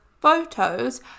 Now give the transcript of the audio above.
photos